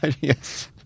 Yes